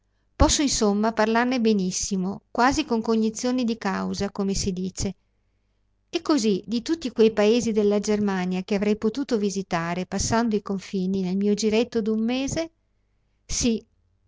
posso insomma parlarne benissimo quasi con cognizione di causa come si dice e così di tutti quei paesi della germania che avrei potuto visitare passando i confini nel mio giretto d'un mese sì